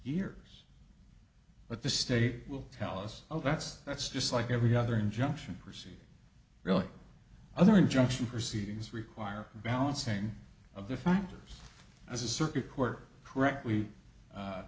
years but the state will tell us oh that's that's just like every other injunction prosy really other injunction proceedings require the balancing of the factors as a circuit court correctly